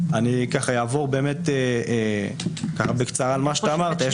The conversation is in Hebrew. אני אעבור בקצרה על מה שאתה אמרת.